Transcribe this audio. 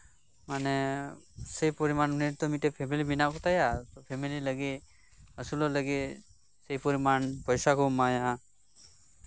ᱢᱟᱱᱮ ᱥᱮᱭ ᱯᱚᱨᱤᱢᱟᱱ ᱩᱱᱤ ᱨᱮᱱ ᱦᱚᱸᱛᱚ ᱯᱷᱮᱢᱤᱞᱤ ᱢᱮᱱᱟᱜ ᱠᱚᱛᱟᱭᱟ ᱯᱷᱮᱢᱤᱞᱤ ᱞᱟᱹᱜᱤᱫ ᱟᱥᱩᱞᱚᱜ ᱞᱟᱹᱜᱤᱫ ᱥᱮᱭ ᱯᱚᱨᱤᱢᱟᱱ ᱯᱚᱭᱥᱟ ᱠᱚ ᱮᱢᱟᱭᱟ ᱟᱨ